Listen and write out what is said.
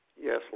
yes